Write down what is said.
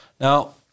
Now